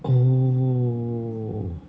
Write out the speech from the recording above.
oh